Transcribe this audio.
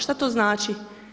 Šta to znači?